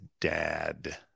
dad